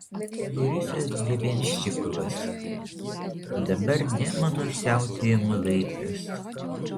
borisas grebenščikovas dabar demonų siautėjimo laikas